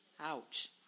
Ouch